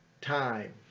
time